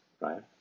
right